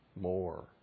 more